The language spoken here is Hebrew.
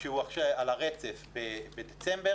שהוא על הרצף בדצמבר